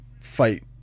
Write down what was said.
fight